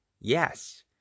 yes